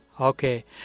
Okay